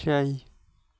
شَے